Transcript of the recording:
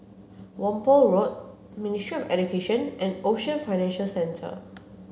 Whampoa Road Ministry Education and Ocean Financial Centre